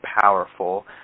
powerful